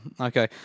okay